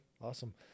Awesome